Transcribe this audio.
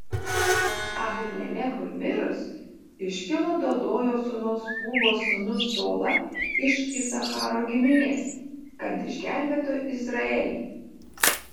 abimelechui mirus iškilo dodojo sūnaus pūvos sūnus tola iš isacharo giminės kad išgelbėtų izraelį